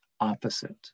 opposite